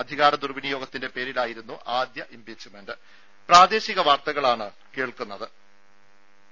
അധികാര ദുർവിനിയോഗത്തിന്റെ പേരിലായിരുന്നു ആദ്യ ഇംപീച്ച്മെന്റ് നടപടി